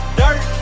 dirt